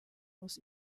aus